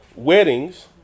Weddings